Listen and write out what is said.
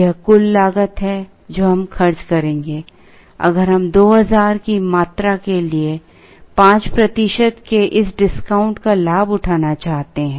यह कुल लागत है जो हम खर्च करेंगे अगर हम 2000 की मात्रा के लिए 5 प्रतिशत के इस डिस्काउंट का लाभ उठाना चाहते हैं